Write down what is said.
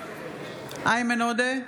איימן עודה,